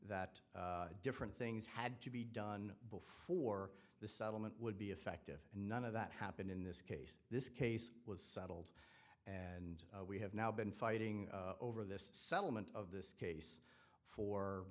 that different things had to be done before the settlement would be effective and none of that happened in this case this case was settled and we have now been fighting over this settlement of this case for